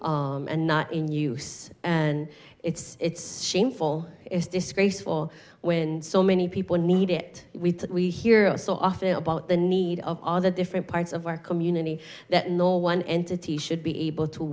there and not in use and it's it's shameful it's disgraceful when so many people need it that we hear so often about the need of all the different parts of our community that no one entity should be able to